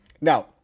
Now